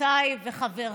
שמת לב?